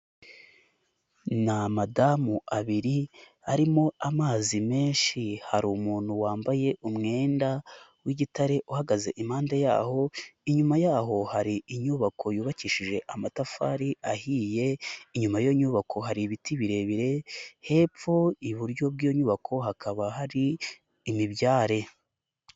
Ni amadamu abiri arimo amazi menshi, hari umuntu wambaye umwenda w'igitare uhagaze impande y'aho, inyuma y'aho hari inyubako yubakishije amatafari ahiye, inyuma y'iyo nyubako hari ibiti birebire, hepfo iburyo bw'inyubako hakaba hari imibyare.